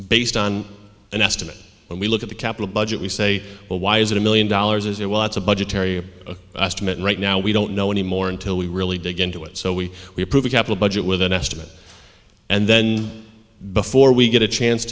based on an estimate when we look at the capital budget we say well why is it a million dollars is a well it's a budgetary asked met right now we don't know any more until we really dig into it so we we approve a capital budget with an estimate and then before we get a chance